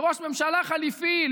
לראש ממשלה חליפי,